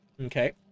Okay